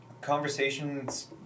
conversations